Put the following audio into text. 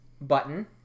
button